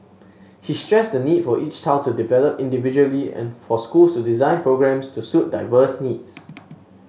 he stressed the need for each child to develop individually and for schools to design programmes to suit diverse needs